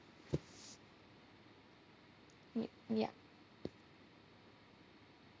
ya yup